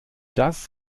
das